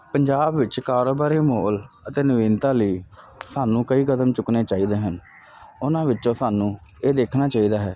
ਪੰਜਾਬ ਵਿੱਚ ਕਾਰੋਬਾਰੀ ਮਾਹੌਲ ਅਤੇ ਨਵੀਨਤਾ ਲਈ ਸਾਨੂੰ ਕਈ ਕਦਮ ਚੁੱਕਣੇ ਚਾਈਦੇ ਹਨ ਉਨ੍ਹਾਂ ਵਿੱਚੋਂ ਸਾਨੂੰ ਇਹ ਦੇਖਣਾ ਚਾਈਦਾ ਹੈ